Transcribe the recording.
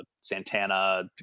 Santana